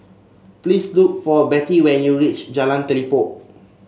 please look for Bettie when you reach Jalan Telipok